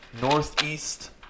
northeast